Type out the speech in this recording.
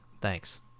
Thanks